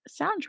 soundtrack